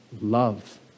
love